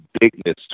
bigness